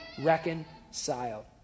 reconciled